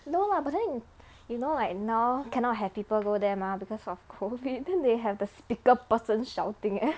no lah but then yo~ you know like now cannot have people go there mah because of COVID then they have the speaker person shouting eh